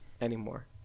anymore